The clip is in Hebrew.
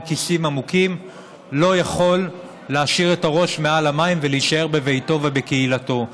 כיסים עמוקים לא יכול להשאיר את הראש מעל המים ולהישאר בביתו ובקהילתו.